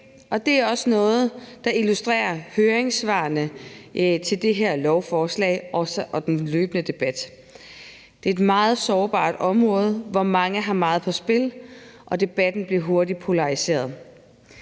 også noget, som høringssvarene til det her lovforslag og den løbende debat illustrerer. Det er et meget sårbart område, hvor mange har meget på spil, og debatten bliver hurtigt polariseret.